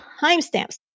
timestamps